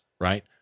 right